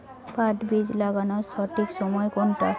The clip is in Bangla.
পাট বীজ লাগানোর সঠিক সময় কোনটা?